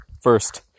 first